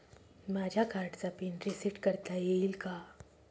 माझ्या कार्डचा pin reset करता येईल का?